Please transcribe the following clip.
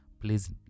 please